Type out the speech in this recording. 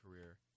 career